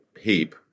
heap